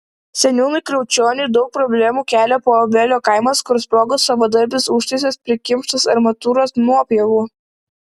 seniūnui kriaučioniui daug problemų kelia paobelio kaimas kur sprogo savadarbis užtaisas prikimštas armatūros nuopjovų